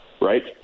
right